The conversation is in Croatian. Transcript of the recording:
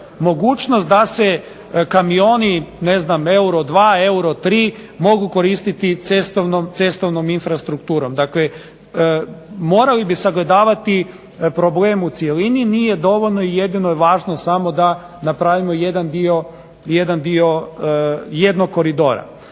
mogućnost da se kamioni ne znam EURO 2, EURO 3, mogu koristiti cestovnom infrastrukturom. Dakle, morali bi sagledavati problem u cjelini. Nije dovoljno i jedino je važno samo da napravimo jedan dio jednog koridora.